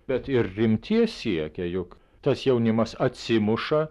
bet ir rimties siekia juk tas jaunimas atsimuša